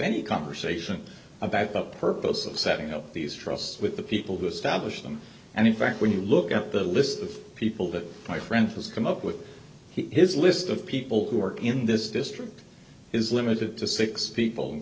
any conversation about the purpose of setting up these trusts with the people who established them and in fact when you look at the list of people that my friend has come up with his list of people who work in this district is limited to six people in